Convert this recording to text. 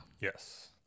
Yes